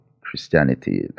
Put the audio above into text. Christianity